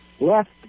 left